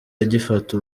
agifata